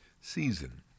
season